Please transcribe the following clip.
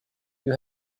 you